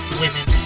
women